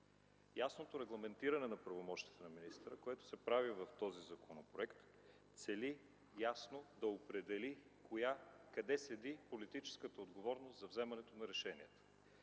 ясното регламентиране на правомощията на министъра, което се прави в този законопроект, цели ясно да определи къде седи политическата отговорност за вземането на решенията.